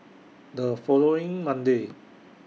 The following Monday